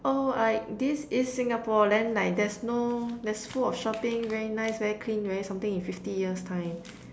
oh like this is Singapore then like there's no there's full of shopping very nice very clean very something in fifty years time